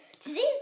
today's